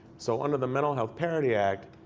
so under the mental health parity act,